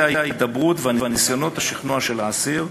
ההידברות וניסיונות השכנוע של האסיר,